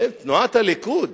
אתם תנועת הליכוד.